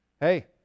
hey